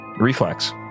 Reflex